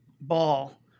ball